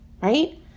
right